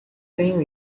tenho